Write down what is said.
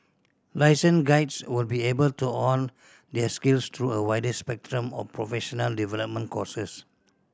licensed guides will be able to hone their skills through a wider spectrum of professional development courses